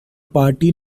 party